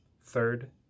third